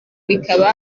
bikaba